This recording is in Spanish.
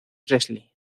presley